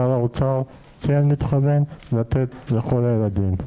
שר האוצר כן מתכוון לתת לכל הילדים.